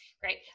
Great